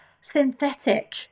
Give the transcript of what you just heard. Synthetic